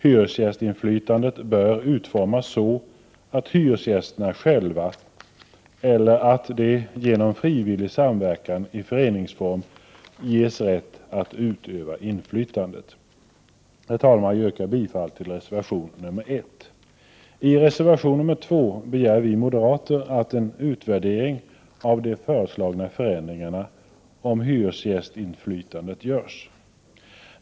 Hyresgästinflytandet bör utformas så att hyresgästerna själva eller genom frivillig samverkan i föreningsform ges rätt att utöva inflytandet. Herr talman! Jag yrkar bifall till reservation 1. I reservation 2 begär vi moderater att det görs en utvärdering av de föreslagna förändringarna i fråga om hyresgästinflytandet.